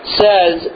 says